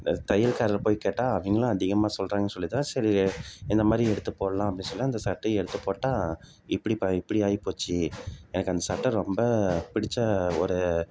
அந்த தையல்காரரை போய் கேட்டால் அவங்களும் அதிகமாக சொல்கிறாங்கன்னு சொல்லி தான் சரி இந்தமாதிரி எடுத்து போடலாம் அப்படின்னு சொல்லி தான் அந்த சட்டையை எடுத்துப் போட்டால் இப்படி இப்படி ஆகிப்போச்சு எனக்கு அந்த சட்டை ரொம்ப பிடித்த ஒரு